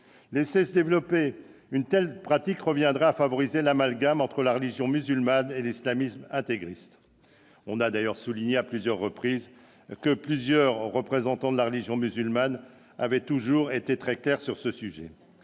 Laisser se développer une telle pratique conduirait à favoriser l'amalgame entre la religion musulmane et l'islamisme intégriste. On a d'ailleurs souligné à plusieurs reprises que plusieurs représentants de la religion musulmane avaient toujours été très clairs sur ce sujet.